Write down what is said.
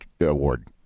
award